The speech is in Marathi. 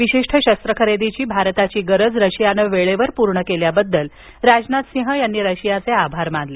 विशिष्ट शस्त्र खरेदीची भारताची गरज रशियानं वेळेवर पूर्ण केल्याबद्दल राजनाथसिंह यांनी रशियाचे आभार मानले